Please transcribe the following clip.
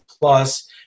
plus